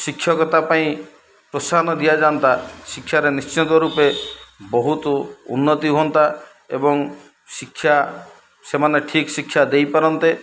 ଶିକ୍ଷକତା ପାଇଁ ପ୍ରୋତ୍ସାହନ ଦିଆଯାଆନ୍ତା ଶିକ୍ଷାରେ ନିଶ୍ଚିନ୍ତ ରୂପେ ବହୁତ ଉନ୍ନତି ହୁଅନ୍ତା ଏବଂ ଶିକ୍ଷା ସେମାନେ ଠିକ୍ ଶିକ୍ଷା ଦେଇପାରନ୍ତେ